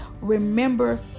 remember